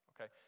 Okay